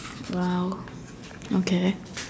!wow! okay